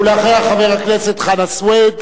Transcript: אחריה, חבר הכנסת חנא סוייד,